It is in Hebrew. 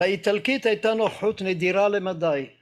‫האיטלקית הייתה נוחות נדירה למדי.